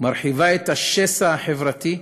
מרחיב את השסע החברתי,